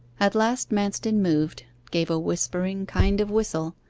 at last manston moved gave a whispering kind of whistle,